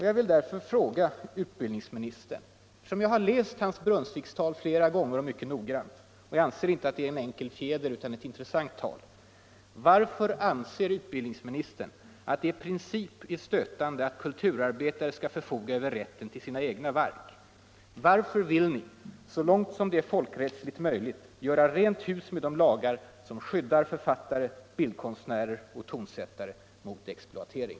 Jag vill därför fråga utbildningsministern, eftersom jag inte anser att hans Brunnsvikstal är en enkel fjäder utan ett intressant anförande: Varför anser utbildningsministern att det i princip är stötande att kulturarbetare skall förfoga över rätten till sina egna verk? Varför vill ni, så långt som det är folkrättsligt möjligt, göra rent hus med de lagar som skyddar författare, bildkonstnärer och tonsättare mot exploatering?